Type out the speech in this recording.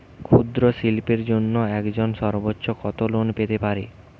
ক্ষুদ্রশিল্পের জন্য একজন সর্বোচ্চ কত লোন পেতে পারে?